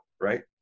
right